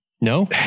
no